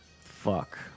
Fuck